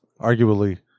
arguably